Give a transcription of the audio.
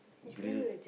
grill